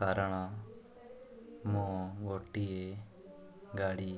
କାରଣ ମୁଁ ଗୋଟିଏ ଗାଡ଼ି